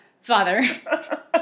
Father